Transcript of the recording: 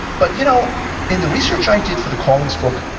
but you know in the research i did for the callings book,